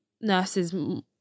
nurses